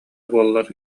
буоллар